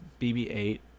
BB-8